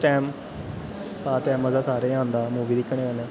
उस टैम ऐ ते मजा सारें गी आंदा मूवी दिक्खने कन्नै